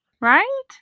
right